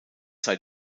sei